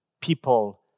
people